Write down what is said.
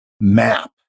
map